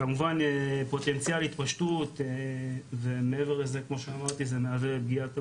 כמובן פוטנציאל להתפשטות ומעבר לזה כמו שאמרתי זה מהווה פגיעה תברואתית,